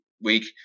week